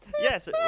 Yes